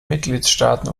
mitgliedstaaten